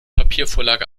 papiervorlage